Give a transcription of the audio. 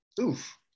Oof